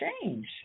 change